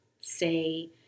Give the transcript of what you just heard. say